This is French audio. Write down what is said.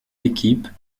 équipe